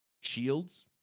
shields